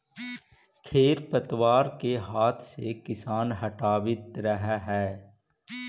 खेर पतवार के हाथ से किसान हटावित रहऽ हई